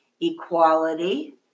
equality